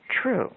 True